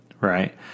right